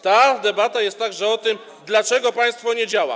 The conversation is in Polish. Ta debata jest także o tym, dlaczego państwo nie działa.